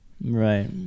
Right